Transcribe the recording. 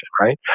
right